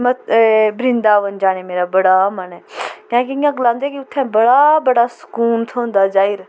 मत ब्रंदाबन जाने मेरा बड़ा मन ऐ कैं के इयां गलांदे कि उत्थैं बड़ा बड़ा सकून थ्होंदा जाई'र